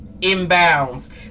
inbounds